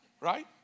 right